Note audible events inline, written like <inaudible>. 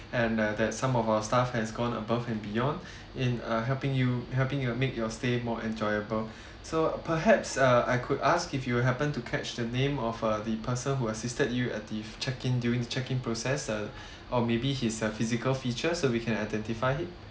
and uh that some of our staff has gone above and beyond <breath> in uh helping you helping you make your stay more enjoyable <breath> so perhaps uh I could ask if you happen to catch the name of uh the person who assisted you at the checking during checking process uh <breath> or maybe his uh physical features so we can identify it